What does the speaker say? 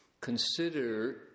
consider